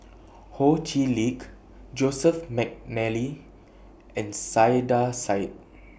Ho Chee Lick Joseph Mcnally and Saiedah Said